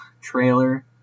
trailer